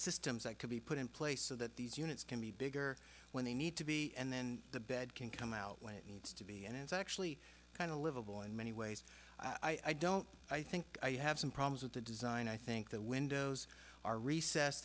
systems that could be put in place so that these units can be bigger when they need to be and then the bed can come out when it needs to be and it's actually kind of livable in many ways i don't i think i have some problems with the design i think the windows are recess